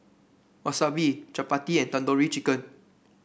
Wasabi Chapati and Tandoori Chicken